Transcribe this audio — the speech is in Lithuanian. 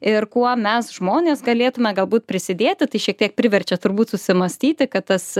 ir kuo mes žmonės galėtume galbūt prisidėti tai šiek tiek priverčia turbūt susimąstyti kad tas